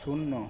শূন্য